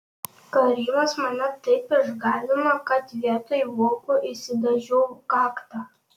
karimas mane taip išgąsdino kad vietoj vokų išsidažiau kaktą